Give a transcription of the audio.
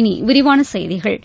இனி விரிவான செய்திகள்